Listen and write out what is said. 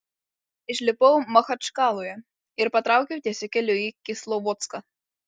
išlipau machačkaloje ir patraukiau tiesiu keliu į kislovodską